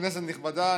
כנסת נכבדה,